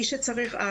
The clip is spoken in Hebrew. מי שצריך,